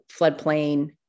floodplain